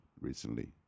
recently